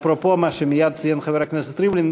אפרופו מה שציין חבר הכנסת ריבלין,